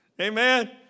Amen